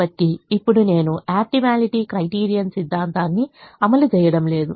కాబట్టి ఇప్పుడు నేను ఆప్టిమాలిటీ క్రైటీరియన్ సిద్ధాంతాన్ని అమలుచేయడం లేదు